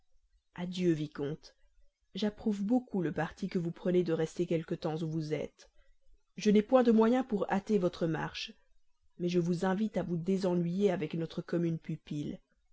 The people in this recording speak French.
adieu vicomte j'approuve beaucoup le parti que vous prenez de rester quelque temps où vous êtes je n'ai point de moyens pour hâter votre marche mais je vous invite à vous désennuyer avec notre commune pupille pour